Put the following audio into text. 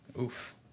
Oof